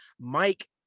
mike